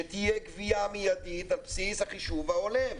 שתהיה קביעה מיידית על בסיס החישוב ההולם.